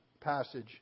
passage